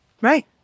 Right